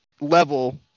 level